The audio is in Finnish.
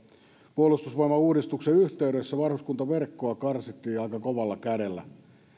puolustusvoimauudistuksen yhteydessä varuskuntaverkkoa karsittiin aika kovalla kädellä